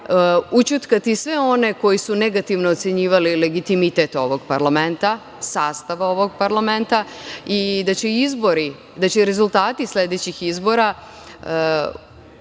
ućutkati sve one koji su negativno ocenjivali legitimitet ovog parlamenta, sastav ovog parlamenta i da će rezultati sledećih izbora uvesti